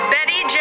Betty